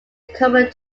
common